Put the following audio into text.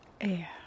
air